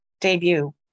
debut